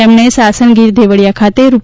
તેમણે સાસણ ગીર દેવળિયા ખાતે રૂ